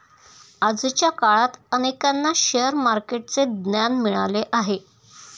आजच्या काळात अनेकांना शेअर मार्केटचे ज्ञान मिळाले आहे